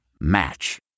Match